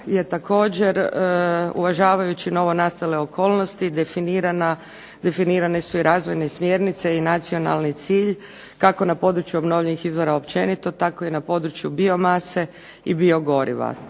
je također uvažavajući novonastale okolnosti definirane su i razvojne smjernice i nacionalni cilj kako na području obnovljivih izvora općenito tako i na području biomase i biogoriva.